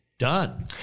Done